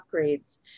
upgrades